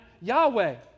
Yahweh